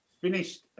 Finished